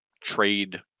trade